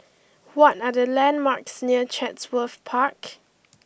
what are the landmarks near Chatsworth Park